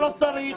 לא צריך.